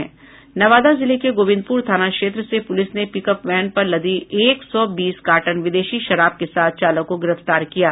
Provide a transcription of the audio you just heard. नवादा जिले के गोविंदपुर थाना क्षेत्र से पुलिस ने पिकअप वैन पर लदी एक सौ बीस कार्टन विदेशी शराब के साथ चालक को गिरफ्तार किया है